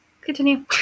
Continue